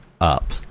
up